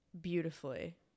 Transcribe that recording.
beautifully